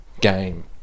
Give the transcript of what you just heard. game